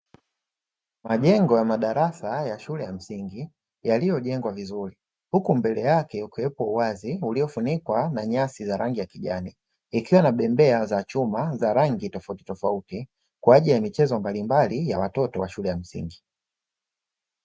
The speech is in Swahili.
Majengo ya madarasa ya shule ya msingi yaliyojengwa vizuri, huku mbele yake ukiwepo uwazi uliofunikwa na nyasi za rangi ya kijani, ikiwa na bembea za chuma za rangi tofautitofauti kwa ajili ya michezo mbalimbali ya watoto wa shule za msingi.